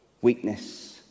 Weakness